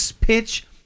pitch